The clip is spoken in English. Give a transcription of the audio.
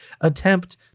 attempt